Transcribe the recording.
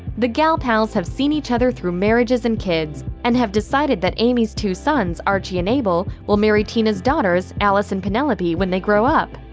the gal pals have seen each other through marriages and kids, and have decided that amy's two sons, archie and abel, will marry tina's daughters, alice and penelope, when they grow up.